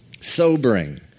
Sobering